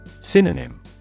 Synonym